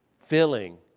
Filling